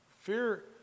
Fear